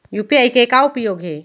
UPI के का उपयोग हे?